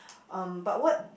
um but what